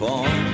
on